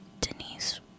Denise